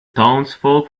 townsfolk